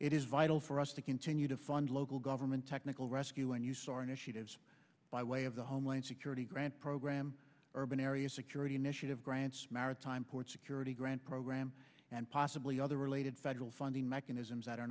it is vital for us to continue to fund local government technical rescue and use or initiatives by way of the homeland security grant program urban area security initiative grants maritime port security grant program and possibly other related federal funding mechanisms that are